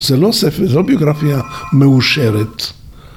‫זה לא ספר, זו ביוגרפיה מאושרת.